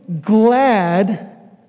glad